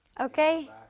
Okay